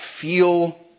feel